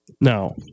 Now